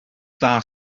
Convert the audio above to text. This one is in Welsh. dda